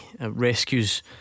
rescues